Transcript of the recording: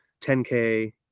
10K